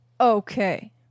okay